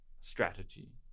strategy